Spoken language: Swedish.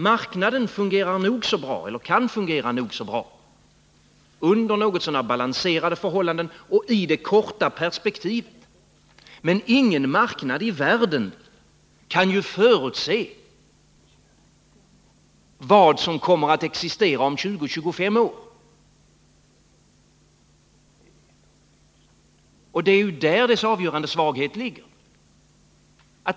Marknaden fungerar nog så bra — eller den kan fungera nog så bra — under något så när balanserade förhållanden och i det korta perspektivet, men ingen marknad i världen kan ju förutse vad som kommer att existera om 20 eller 25 år. Det är där dess avgörande svagheter ligger.